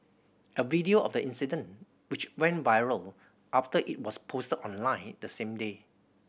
a video of the incident which went viral after it was posted online the same day